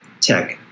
tech